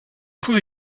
trouve